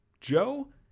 Joe